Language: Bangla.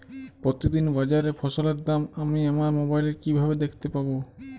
প্রতিদিন বাজারে ফসলের দাম আমি আমার মোবাইলে কিভাবে দেখতে পাব?